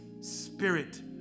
spirit